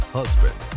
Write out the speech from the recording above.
husband